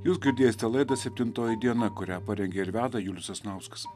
jūs girdėsite laidą septintoji diena kurią parengė ir veda julius sasnauskas